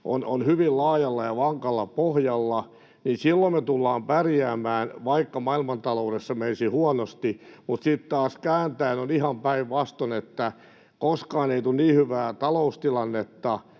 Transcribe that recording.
on hyvin laajalla ja vankalla pohjalla, niin silloin me tullaan pärjäämään, vaikka maailmantaloudessa menisi huonosti. Mutta sitten taas on kääntäen, ihan päinvastoin, niin, että koskaan ei tule niin hyvää taloustilannetta